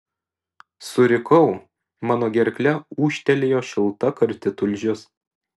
surikau mano gerkle ūžtelėjo šilta karti tulžis